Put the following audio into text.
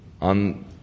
on